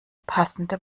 passende